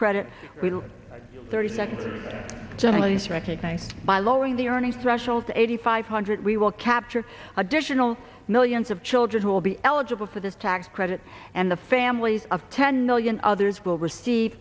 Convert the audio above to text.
do thirty second generally is recognized by lowering the earnings threshold to eighty five hundred we will capture additional millions of children who will be eligible for this tax credit and the families of ten million others will receive